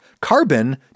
carbon